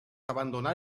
abandonar